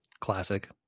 Classic